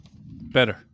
Better